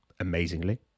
Amazingly